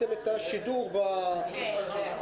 נעולה.